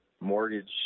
mortgage